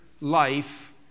life